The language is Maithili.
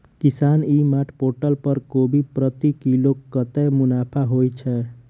किसान ई मार्ट पोर्टल पर कोबी प्रति किलो कतै मुनाफा होइ छै?